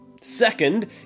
Second